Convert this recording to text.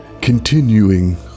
continuing